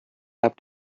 have